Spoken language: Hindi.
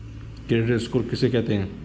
क्रेडिट स्कोर किसे कहते हैं?